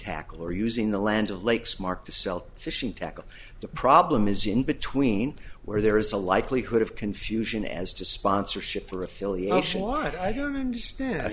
tackle or using the land of lakes mark to sell fishing tackle the problem is in between where there is a likelihood of confusion as to sponsorship or affiliation why i don't understand